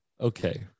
Okay